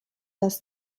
das